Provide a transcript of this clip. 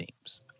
teams